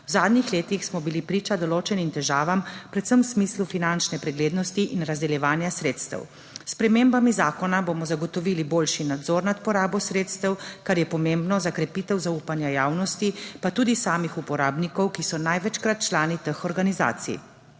V zadnjih letih smo bili priča določenim težavam, predvsem v smislu finančne preglednosti in razdeljevanja sredstev. S spremembami zakona bomo zagotovili boljši nadzor nad porabo sredstev, kar je pomembno za krepitev zaupanja javnosti, pa tudi samih uporabnikov, ki so največkrat člani teh organizacij.